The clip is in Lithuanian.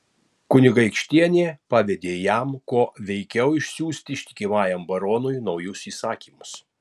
kunigaikštienė pavedė jam kuo veikiau išsiųsti ištikimajam brunui naujus įsakymus